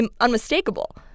unmistakable